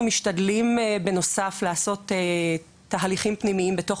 אנחנו משתדלים בנוסף לעשות תהליכים פנימיים בתוך